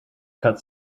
cut